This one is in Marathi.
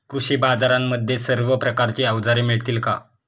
कृषी बाजारांमध्ये सर्व प्रकारची अवजारे मिळतील का?